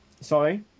Sorry